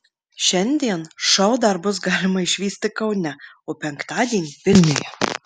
šiandien šou dar bus galima išvysti kaune o penktadienį vilniuje